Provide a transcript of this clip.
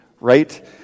right